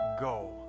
go